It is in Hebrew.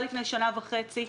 לפני שנה וחצי.